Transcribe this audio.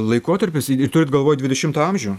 laikotarpis ir turit galvoj dvidešimtą amžių